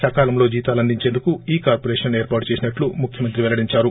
సకాలంలో జీతాలు అందించేందుకు ఈ కార్పొరేషన్ను ఏర్పాటు చేసినట్టు ముఖ్యమంత్రి పెల్లడించారు